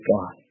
God